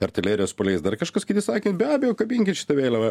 artilerijos paleis dar kažkas kiti sakė be abejo kabinkit šitą vėliavą